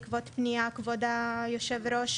כבוד היושב-ראש,